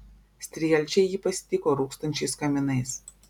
strielčiai jį pasitiko rūkstančiais kaminais